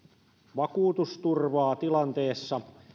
vakuutusturvaa tilanteessa